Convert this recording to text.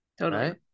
right